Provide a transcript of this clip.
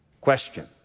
Question